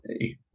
hey